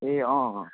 ए अँ अँ